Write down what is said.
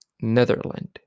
Netherlands